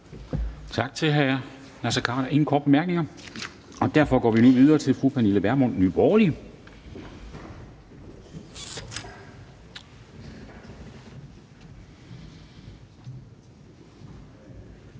Tak til hr. Naser Khader. Der er ingen korte bemærkninger, og derfor går vi nu videre til fru Pernille Vermund, Nye